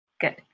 Good